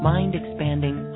Mind-expanding